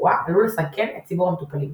לרפואה עלול לסכן את ציבור המטופלים,"